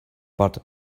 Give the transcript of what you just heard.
but